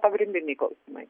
pagrindiniai klausimai